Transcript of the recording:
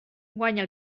guanya